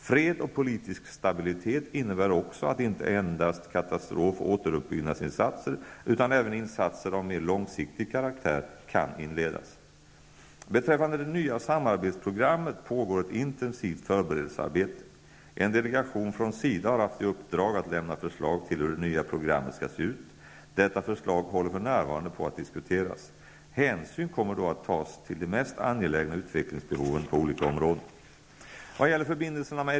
Fred och politisk stabilitet innebär också att inte endast katastrof och återuppbyggnadsinsatser utan även insatser av mer långsiktig karaktär kan inledas. Beträffande det nya samarbetsprogrammet pågår ett intensivt förberedelsearbete. En delegation från SIDA har haft i uppdrag att lämna förslag till hur det nya programmet skall se ut. Detta förslag håller för närvarande på att diskuteras. Hänsyn kommer då att tas till de mest angelägna utvecklingsbehoven på olika områden.